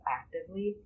actively